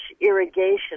irrigation